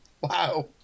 Wow